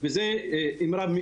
אני מבינה שלהפסיק זה כנראה מאוד